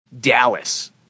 Dallas